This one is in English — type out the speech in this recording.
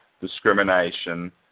discrimination